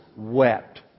Wept